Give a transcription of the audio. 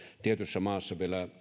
tietyssä maassa